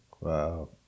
Wow